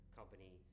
company